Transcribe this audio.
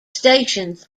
stations